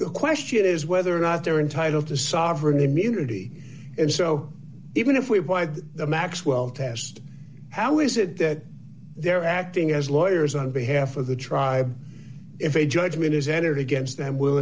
the question is whether or not they're entitled to sovereign immunity and so even if we apply the maxwell test how we said that they're acting as lawyers on behalf of the tribe if a judgment is entered against them will